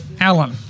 Alan